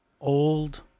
old